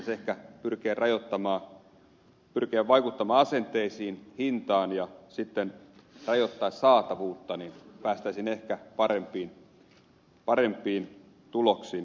meidän pitäisi ehkä pyrkiä vaikuttamaan asenteisiin ja hintaan ja sitten rajoittaa saatavuutta niin päästäisiin ehkä parempiin tuloksiin